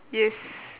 yes